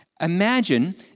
Imagine